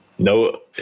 No